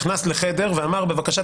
נכנס לחדר ואמר: בבקשה,